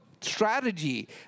strategy